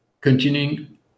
continuing